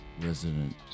Resident